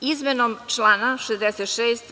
Izmenom člana 66.